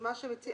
אנחנו נמחק אותו.